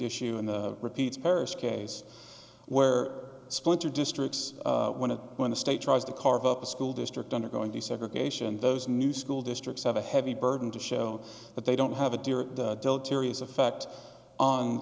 issue in the repeats parish case where splinter districts one of when the state tries to carve up a school district undergoing desegregation those new school districts have a heavy burden to show that they don't have a deleterious effect on